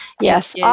yes